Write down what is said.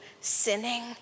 sinning